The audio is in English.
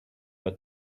are